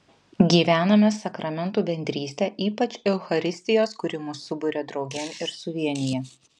gyvename sakramentų bendrystę ypač eucharistijos kuri mus suburia draugėn ir suvienija